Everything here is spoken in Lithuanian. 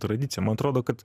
tradicija man atrodo kad